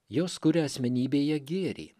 jos kuria asmenybėje gėrį